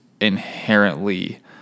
inherently